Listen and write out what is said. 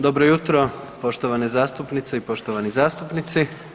Dobro jutro, poštovane zastupnice i poštovane zastupnici.